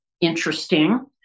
interesting